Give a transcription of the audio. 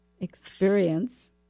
experience